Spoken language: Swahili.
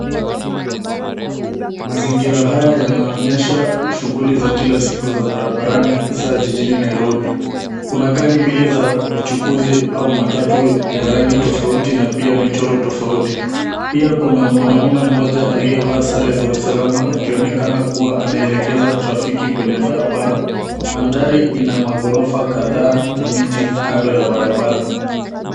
Mazingira haya yanaonyesha shughuli za kila siku za barabarani hasa jijini nairobi. Kuna gari mbili za uchukuzi au matatu ya rangi tofauti na pia michoro tofauti. Pia kuna mwanaume mmoja aliyevaa sare za usalama akionekana kuwa anaelekeza trafiki kwenye barabara. Mandhari ina maghorofa kadhaa na miti kando ya barabara.